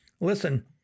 Listen